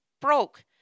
broke